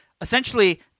essentially